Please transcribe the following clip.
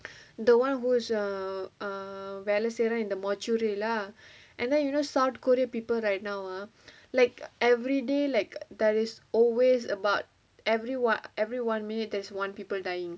the [one] who is err err balestier in the module lah and then you know south korea people right now ah like everyday like there is always about ever~ every one minute there is one people dying